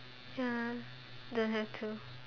ya don't have to